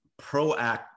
proactive